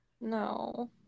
No